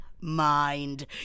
mind